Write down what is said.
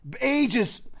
ages